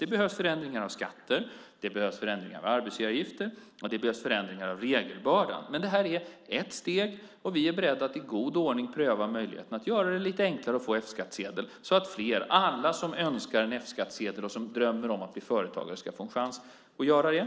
Det behövs förändringar av skatter, förändringar av arbetsgivaravgifter och förändringar av regelbördan. Men det här är ett steg. Vi är beredda att i god ordning pröva möjligheten att göra det lite enklare att få F-skattsedel så att alla som önskar en F-skattsedel och som drömmer om att bli företagare ska få en chans att bli det.